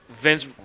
Vince